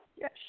yes